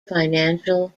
financial